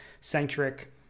centric